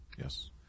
Yes